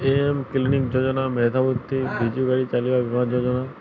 AM clinic ଯୋଜନା ମେଧାବୃତ୍ତି ବିଜୁବାବୁ ଚାଲିବା ଯୋଜନା